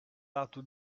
lato